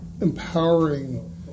empowering